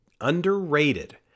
Underrated